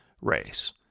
race